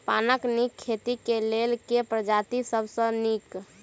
पानक नीक खेती केँ लेल केँ प्रजाति सब सऽ नीक?